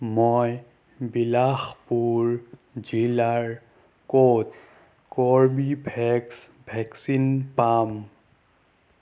মই বিলাসপুৰ জিলাৰ ক'ত কৰ্বীভেক্স ভেকচিন পাম